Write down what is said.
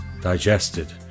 digested